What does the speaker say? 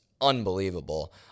unbelievable